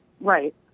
Right